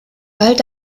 bald